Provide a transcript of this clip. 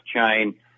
chain